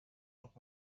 noch